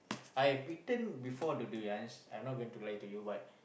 I have eaten before the durians I'm not going to lie to you but